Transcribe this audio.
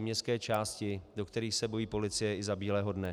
městské části, do kterých se bojí policie i za bílého dne.